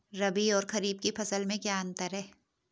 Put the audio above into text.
रबी और खरीफ की फसल में क्या अंतर है?